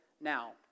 now